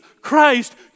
Christ